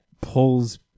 pulls